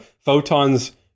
Photons